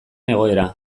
egoera